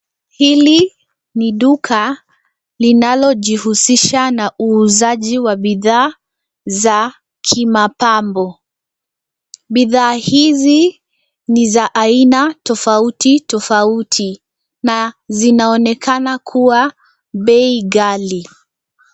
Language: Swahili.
Hili ni duka linalojihusisha na uuzaji wa bidhaa za kimapambo. Bidhaa hizi ni za aina tofauti tofauti, na zinaonekana kua bei ghali.